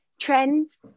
trends